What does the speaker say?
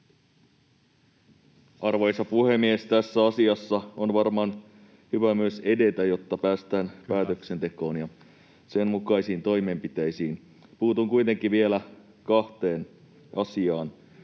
Arvoisa puhemies! Tässä asiassa on varmaan hyvä myös edetä, jotta päästään päätöksentekoon ja sen mukaisiin toimenpiteisiin. Puutun kuitenkin vielä kahteen asiaan.